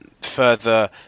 further